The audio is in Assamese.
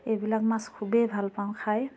এইবিলাক মাছ খুবেই ভাল পাওঁ খায়